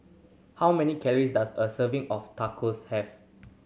how many calories does a serving of Tacos have